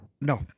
No